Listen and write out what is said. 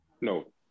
no